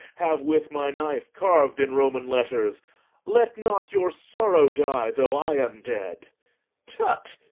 have with my knife carved in roman letters let not your sorrow die, though i am dead tut,